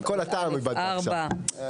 -- את כל הטעם איבדת עכשיו.